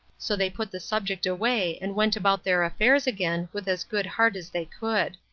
so they put the subject away and went about their affairs again with as good heart as they could.